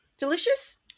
delicious